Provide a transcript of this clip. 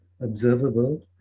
observable